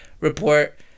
report